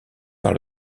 par